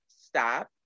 stop